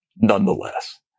Nonetheless